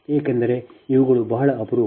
ಏಕೆಂದರೆ ಇವುಗಳು ಬಹಳ ಅಪರೂಪ